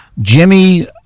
Jimmy